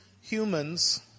humans